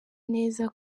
neza